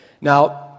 Now